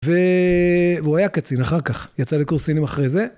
והוא היה קצין אחר כך, יצא לקורס קצינים אחרי זה.